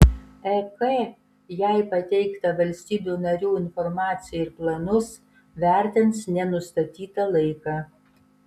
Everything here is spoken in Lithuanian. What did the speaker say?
ek jai pateiktą valstybių narių informaciją ir planus vertins nenustatytą laiką